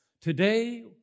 Today